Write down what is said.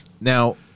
Now